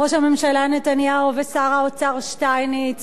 ראש הממשלה נתניהו ושר האוצר שטייניץ